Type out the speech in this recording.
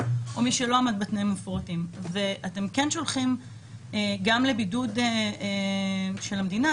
או מי שלא עמד בתנאים המפורטים ואתם כן שולחים גם לבידוד של המדינה,